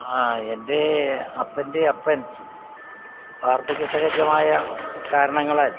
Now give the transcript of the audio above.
ആ എൻ്റേ അപ്പൻ്റെ അപ്പൻ വാർദ്ധക്യസഹജമായ കാരണങ്ങളാൽ